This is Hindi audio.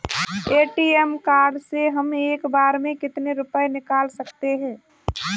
ए.टी.एम कार्ड से हम एक बार में कितने रुपये निकाल सकते हैं?